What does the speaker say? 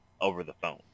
over-the-phone